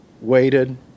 waited